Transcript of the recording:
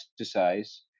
exercise